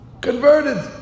converted